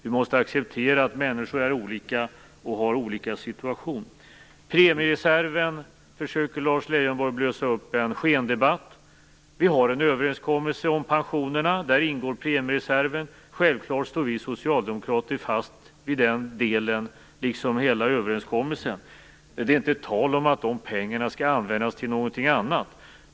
Vi måste acceptera att människor är olika och har olika situation. När det gäller premireserven försöker Lars Leijonborg att blåsa upp en skendebatt. Vi har träffat en överenskommelse om pensionerna, och där ingår premiereserven. Självfallet står vi socialdemokrater fast vid den delen liksom vid hela överenskommelsen. Det är inte tal om att dessa pengar skall användas till någonting annat.